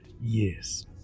Yes